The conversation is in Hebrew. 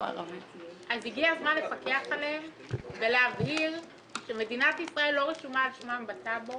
אז הגיע הזמן לפקח עליהם ולהבהיר שמדינת ישראל לא רשומה על שמם בטאבו,